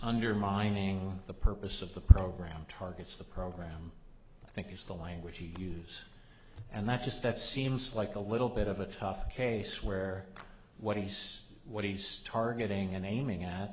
undermining the purpose of the program targets the program i think it's the language we use and that's just it seems like a little bit of a tough case where what he says what he's targeting and aiming at